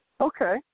Okay